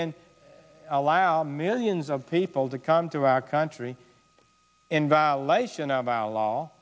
in allow millions of people to come to our country in violation of our law